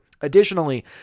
additionally